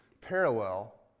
parallel